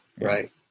Right